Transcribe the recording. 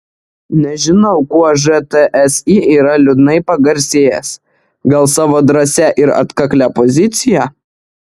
nežinau kuo žtsi yra liūdnai pagarsėjęs gal savo drąsia ir atkaklia pozicija